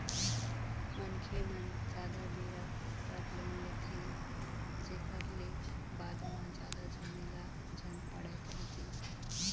मनखे मन जादा बेरा बर लोन लेथे, जेखर ले बाद म जादा झमेला झन पड़य कहिके